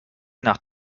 nach